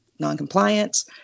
noncompliance